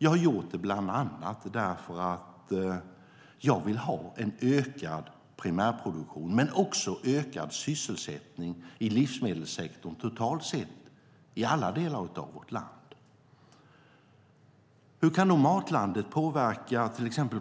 Jag har gjort det bland annat för att jag vill ha en ökad primärproduktion men också ökad sysselsättning i livsmedelssektorn totalt sett i alla delar av vårt land. Hur kan Matlandet påverka